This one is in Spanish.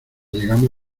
llegamos